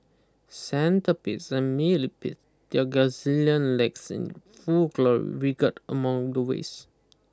centipedes and millipedes their gazillion legs in full glory wriggled among the waste